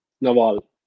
Naval